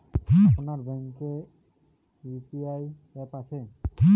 আপনার ব্যাঙ্ক এ তে কি ইউ.পি.আই অ্যাপ আছে?